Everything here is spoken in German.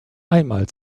einmal